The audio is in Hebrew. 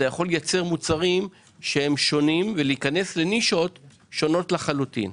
אתה יכול לייצר מוצרים שהם שונים ולהיכנס לנישות שונות לחלוטין.